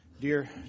dear